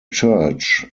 church